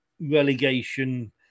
relegation